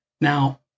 Now